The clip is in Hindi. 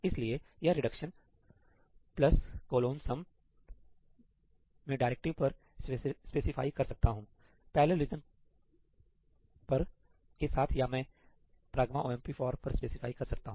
इसलिए यह रिडक्शन 'plus colon sum' मैं डायरेक्टिव पर स्पेसिफाई कर सकता हूं पैरलाल रीजन पर ' prgama omp parallel' के साथ या मैं ' pragma omp for' पर स्पेसिफाई कर सकता हूं